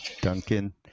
Duncan